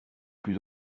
plus